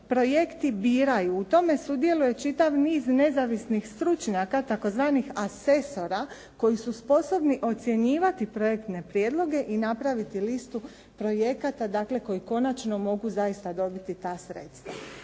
projekti biraju. U tome sudjeluje čitav niz nezavisnih stručnjaka tzv. "Asesora" koji su sposobni ocjenjivati projektne prijedloge i napraviti listu projekata koji konačno mogu dobiti ta sredstva.